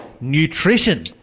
nutrition